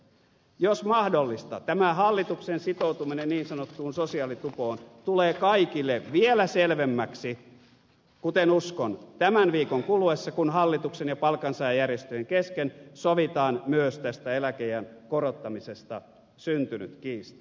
jos mahdollista tämä hallituksen sitoutuminen niin sanottuun sosiaalitupoon tulee kaikille vielä selvemmäksi kuten uskon tämän viikon kuluessa kun hallituksen ja palkansaajajärjestöjen kesken sovitaan myös tästä eläkeiän korottamisesta syntynyt kiista